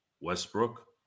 Westbrook